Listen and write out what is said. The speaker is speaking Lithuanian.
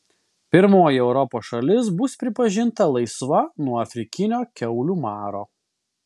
pirmoji europos šalis bus pripažinta laisva nuo afrikinio kiaulių maro